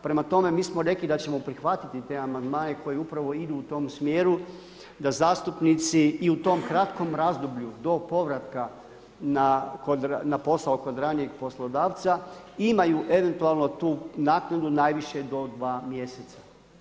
Prema tome, mi smo rekli da ćemo prihvatiti te amandmane koji upravo idu u tom smjeru da zastupnici i u tom kratkom razdoblju do povratka na posao kod ranijeg poslodavca imaju eventualno tu naknadu najviše do dva mjeseca.